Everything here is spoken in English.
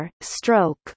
stroke